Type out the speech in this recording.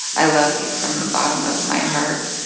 i love you from the bottom of my heart.